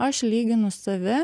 aš lyginu save